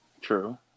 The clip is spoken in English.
True